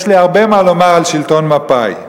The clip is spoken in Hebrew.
יש לי הרבה מה לומר על שלטון מפא"י.